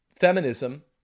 feminism